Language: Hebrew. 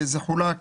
זה חולק